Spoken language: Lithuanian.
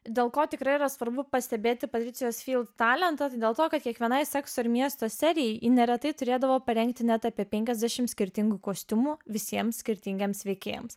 dėl ko tikrai yra svarbu pastebėti talentas dėl to kad kiekvienai sekso ir miesto serijai neretai turėdavo parengti net apie penkiasdešim skirtingų kostiumų visiems skirtingiems veikėjams